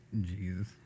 Jesus